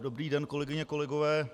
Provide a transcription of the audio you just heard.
Dobrý den, kolegyně a kolegové.